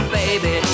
baby